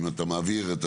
אם אתה מעביר את,